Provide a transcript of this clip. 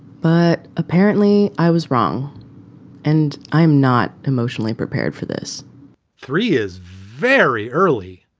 but apparently i was wrong and i'm not emotionally prepared for this three is very early,